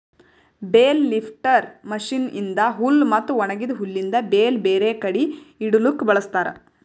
bale lifter machine ಇಂದಾ ಹುಲ್ ಮತ್ತ ಒಣಗಿದ ಹುಲ್ಲಿಂದ್ ಬೇಲ್ ಬೇರೆ ಕಡಿ ಇಡಲುಕ್ ಬಳ್ಸತಾರ್